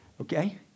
Okay